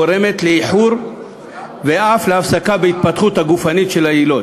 גורמת לאיחור ואף להפסקה בהתפתחות הגופנית של היילוד.